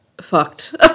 fucked